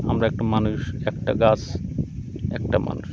আমরা একটা মানুষ একটা গাছ একটা মানুষ